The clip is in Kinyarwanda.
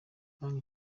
banki